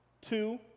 Two